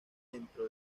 dentro